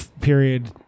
Period